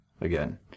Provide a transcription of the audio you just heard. Again